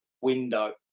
window